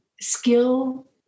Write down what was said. skill